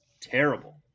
Terrible